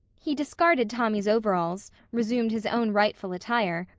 he discarded tommy's overalls, resumed his own rightful attire,